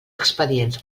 expedients